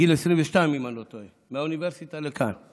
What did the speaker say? בגיל 22, אם אני לא טועה, מהאוניברסיטה לכאן: